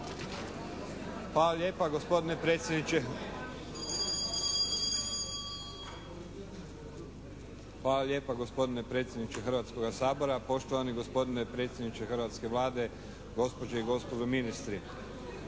Poštovani gospodine potpredsjedniče Hrvatskog sabora, poštovana potpredsjednice hrvatske Vlade, gospođe mi gospodo ministri,